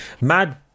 mad